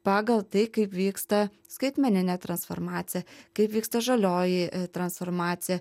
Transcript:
pagal tai kaip vyksta skaitmeninė transformacija kaip vyksta žalioji transformacija